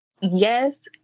yes